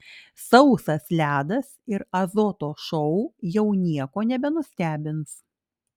sausas ledas ir azoto šou jau nieko nebenustebins